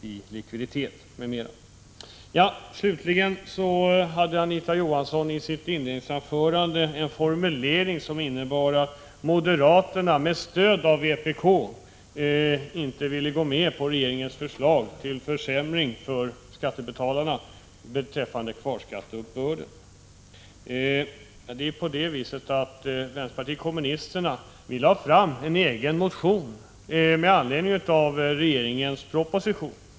I sitt inledningsanförande hade Anita Johansson formuleringen att moderaterna med stöd av vpk inte ville gå med på regeringens förslag till försämring för skattebetalarna beträffande kvarskatteuppbörden. Förhållandet är det att vänsterpartiet kommunisterna väckte en motion med anledning av regeringens proposition.